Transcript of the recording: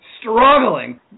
struggling